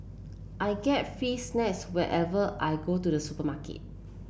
I get free snacks whenever I go to the supermarket